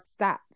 stats